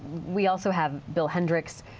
we also have bill hendrix.